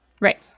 Right